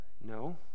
No